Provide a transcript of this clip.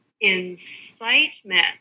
incitement